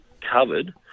covered